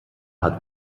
hat